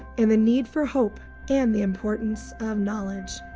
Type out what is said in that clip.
and the need for hope and the importance of knowledge.